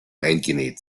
eingenäht